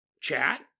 chat